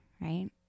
right